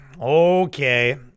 Okay